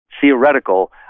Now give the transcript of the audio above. theoretical